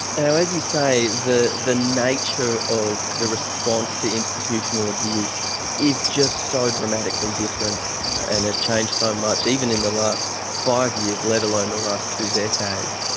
you know as you say, the the nature of the response to institutional abuse is just so dramatically different and has changed so much, even in the last five years, let alone the last two decades,